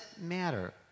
matter